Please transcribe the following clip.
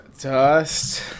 Dust